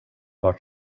var